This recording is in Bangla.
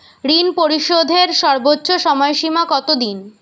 ঋণ পরিশোধের সর্বোচ্চ সময় সীমা কত দিন?